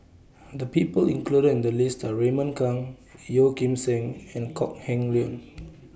The People included in The list Are Raymond Kang Yeo Kim Seng and Kok Heng Leun